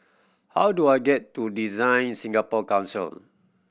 how do I get to DesignSingapore Council